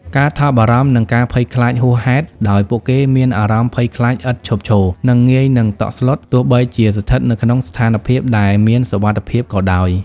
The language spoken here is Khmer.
ការថប់បារម្ភ និងការភ័យខ្លាចហួសហេតុ ដោយពួកគេមានអារម្មណ៍ភ័យខ្លាចឥតឈប់ឈរ និងងាយនឹងតក់ស្លុត ទោះបីជាស្ថិតនៅក្នុងស្ថានភាពដែលមានសុវត្ថិភាពក៏ដោយ។